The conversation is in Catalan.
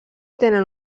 tenen